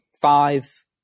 five